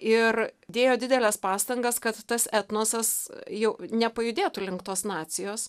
ir dėjo dideles pastangas kad tas etnosas jau nepajudėtų link tos nacijos